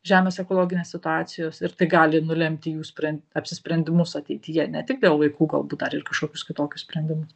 žemės ekologinės situacijos ir tai gali nulemti jų spren apsisprendimus ateityje ne tik dėl vaikų galbūt dar ir kažkokius kitokius sprendimus